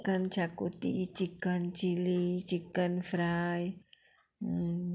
chicken xacuti chicken chilli chicken fry